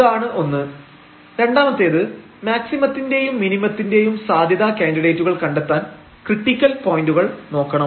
അതാണ് ഒന്ന് രണ്ടാമത്തേത് മാക്സിമത്തിന്റെയും മിനിമത്തിന്റെയും സാധ്യതാ കാൻഡിഡേറ്റുകൾ കണ്ടെത്താൻ ക്രിട്ടിക്കൽ പോയന്റുകൾ നോക്കണം